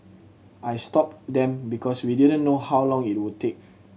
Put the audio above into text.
I stopped them because we didn't know how long it would take